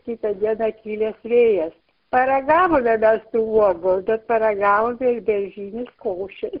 kitą dieną kilęs vėjas paragavome mes tų uogų bet paragavome ir beržinės košės